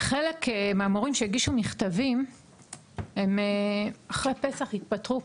חלק מהמורים שהגישו מכתבים הם אחרי פסח התפטרו,